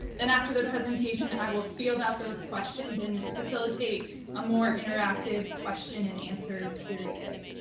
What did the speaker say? then after their presentation and i will field out those questions and facilitate a more interactive question and answer period.